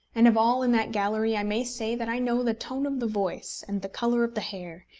and of all in that gallery i may say that i know the tone of the voice, and the colour of the hair,